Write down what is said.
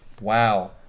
Wow